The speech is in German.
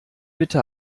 bitte